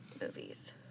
movies